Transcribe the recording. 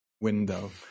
window